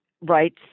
rights